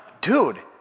dude